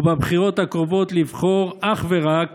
ובבחירות הקרובות לבחור אך ורק